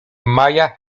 maya